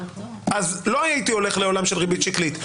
אז לא הייתי הולך לעולם של ריבית שקלית.